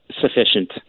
sufficient